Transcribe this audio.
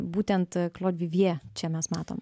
būtent klod vivjė čia mes matom